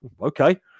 okay